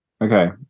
Okay